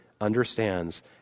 understands